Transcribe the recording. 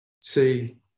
See